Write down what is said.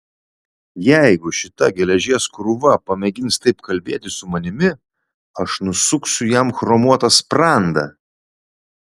jeigu šita geležies krūva pamėgins taip kalbėti su manimi aš nusuksiu jam chromuotą sprandą